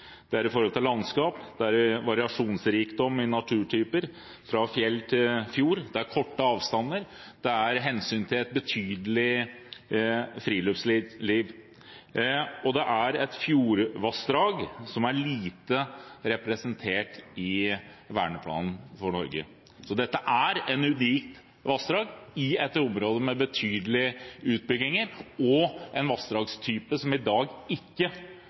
det er i forhold til landskap, det er i variasjonsrikdom i naturtyper fra fjell til fjord, det er korte avstander, det er hensyn til et betydelig friluftsliv. Og det er et fjordvassdrag, som er lite representert i verneplanen for Norge. Så dette er et unikt vassdrag i et område med betydelige utbygginger og en vassdragstype som i dag ikke